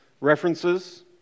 references